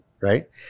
right